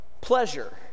pleasure